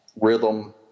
rhythm